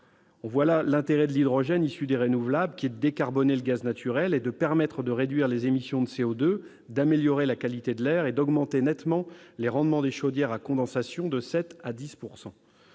On voit là l'intérêt de l'hydrogène issu des renouvelables, qui est de décarboner le gaz naturel et de permettre de réduire les émissions de CO2, d'améliorer la qualité de l'air et d'augmenter nettement les rendements des chaudières à condensation de 7 % à 10 %.